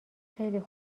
خیلی